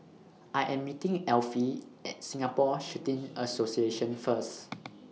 I Am meeting Elfie At Singapore Shooting Association First